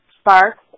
sparks